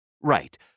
Right